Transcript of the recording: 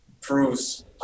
proves